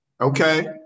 Okay